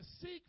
seek